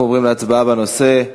אנחנו עוברים להצבעה בנושא,